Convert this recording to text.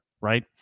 Right